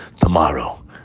Tomorrow